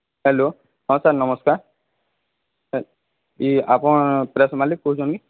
hello ହଁ sir ନମସ୍କାର ଇ ଆପଣ ପ୍ରେସ୍ ମାଲିକ୍ କହୁଛନ୍ କି